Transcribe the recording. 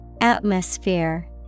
Atmosphere